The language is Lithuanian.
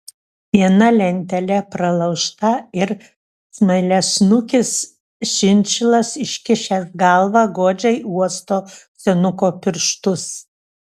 viena lentele pralaužta ir smailiasnukis šinšilas iškišęs galvą godžiai uosto senuko pirštus